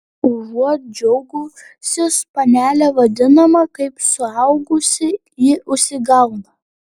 užuot džiaugusis panele vadinama kaip suaugusi ji užsigauna